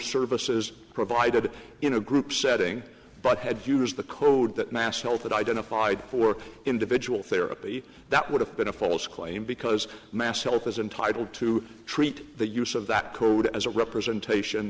services provided in a group setting but had used the code that national that identified for individual therapy that would have been a false claim because mass health is entitled to treat the use of that code as a representation